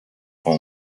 rend